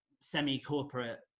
semi-corporate